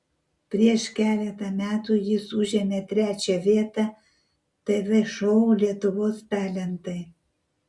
prieš keletą metų jis užėmė trečią vietą tv šou lietuvos talentai